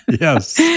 Yes